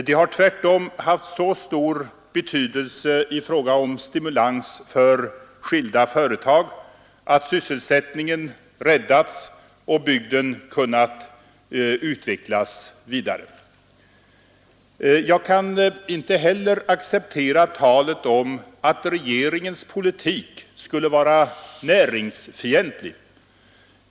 De har tvärtom haft så stor betydelse som stimulans för skilda företag att sysselsättningen räddats och bygden kunnat utvecklas vidare. Jag kan inte heller acceptera talet om att regeringens politik skulle vara näringsfientlig.